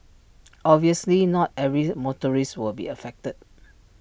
obviously not every motorist will be affected